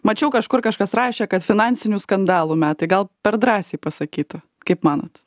mačiau kažkur kažkas rašė kad finansinių skandalų metai gal per drąsiai pasakytų kaip manot